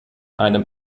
einem